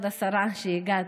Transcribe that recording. תודה, כבוד השרה, שהגעת: